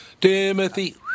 Timothy